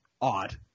odd